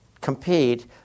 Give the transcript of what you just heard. compete